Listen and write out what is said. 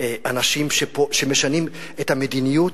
אנשים שמשנים את המדיניות,